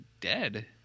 dead